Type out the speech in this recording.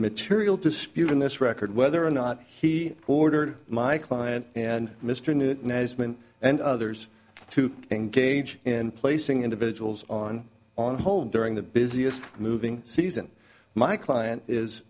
material dispute in this record whether or not he ordered my client and mr newton azman and others to engage in placing individuals on on hold during the busiest moving season my client is